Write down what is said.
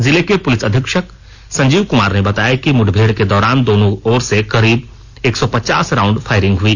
जिलें के पूलिस अधिक्षक संजीव कुमार ने बताया कि मुठभेड़ के दौरान दोनों ओर से करीब एक सौ पचास रांउड फायरिंग हुई